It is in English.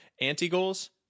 Anti-goals